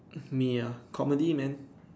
me ah comedy man